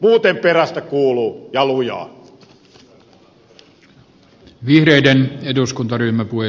muuten perästä kuuluu ja lujaa